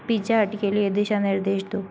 pizza Hut के लिए दिशा निर्देश दो